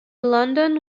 london